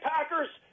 Packers